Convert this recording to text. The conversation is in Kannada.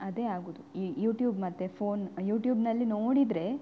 ಅದೇ ಆಗುವುದು ಯೂಟ್ಯೂಬ್ ಮತ್ತು ಫೋನ್ ಯೂಟ್ಯೂಬ್ನಲ್ಲಿ ನೋಡಿದರೆ